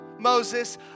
Moses